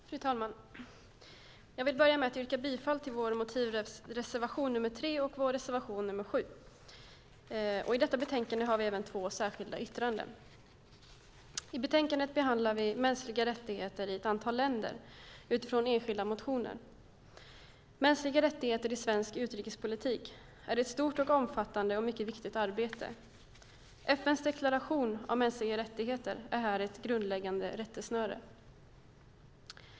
Fru talman! Jag vill börja med att yrka bifall till vår motivreservation 3 och vår reservation 7. I detta betänkande har vi även två särskilda yttranden. I betänkandet behandlar vi mänskliga rättigheter i ett antal länder utifrån enskilda motioner. Mänskliga rättigheter i svensk utrikespolitik är ett stort, omfattande och mycket viktigt arbete. FN:s deklaration om mänskliga rättigheter är här ett grundläggande rättesnöre.